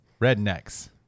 rednecks